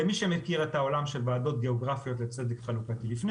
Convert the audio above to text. למי שמכיר את העולם של ועדות גיאוגרפיות לצדק חלוקתי לפני